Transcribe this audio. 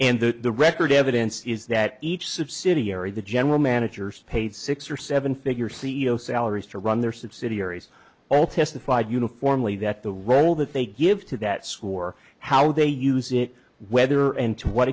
and that the record evidence is that each subsidiary the general managers paid six or seven figure c e o salaries to run their subsidiaries all testified uniformly that the role that they give to that score how they use it whether and to what